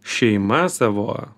šeima savo